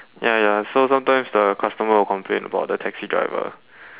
ya ya so sometimes the customer will complain about the taxi driver